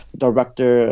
director